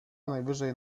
najwyżej